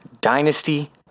Dynasty